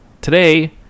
Today